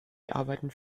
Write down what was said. arbeiten